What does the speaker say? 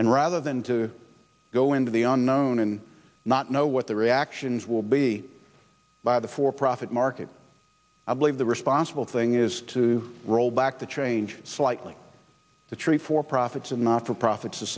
and rather than to go into the unknown and not know what the reactions will be by the for profit market i believe the responsible thing is to roll back the change slightly to treat for profits and not for profits t